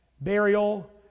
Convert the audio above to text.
burial